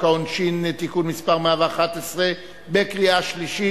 העונשין (תיקון מס' 111) בקריאה שלישית.